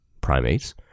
primates